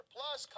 Plus